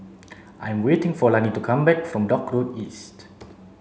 I'm waiting for Lannie to come back from Dock Road East